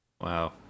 Wow